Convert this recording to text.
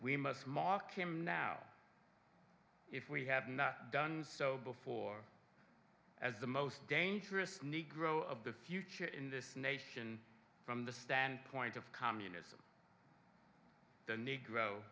we must mark him now if we have not done so before as the most dangerous negro of the future in this nation from the standpoint of communism the negro